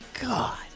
God